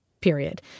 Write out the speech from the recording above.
period